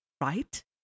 right